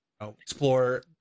explore